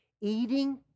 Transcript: eating